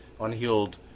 unhealed